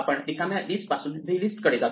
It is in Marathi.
आपण रिकाम्या लिस्ट पासून v लिस्ट कडे जातो